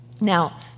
Now